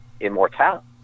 immortality